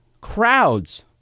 crowds